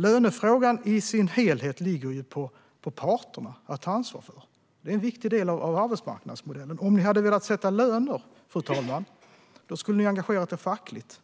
Lönefrågan i dess helhet ligger på parterna att ta ansvar för - det är en viktig del av arbetsmarknadsmodellen. Om ni hade velat sätta löner borde ni ha engagerat er fackligt,